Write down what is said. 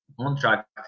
contract